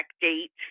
date